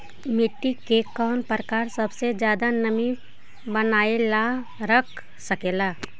मिट्टी के कौन प्रकार सबसे जादा नमी बनाएल रख सकेला?